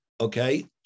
okay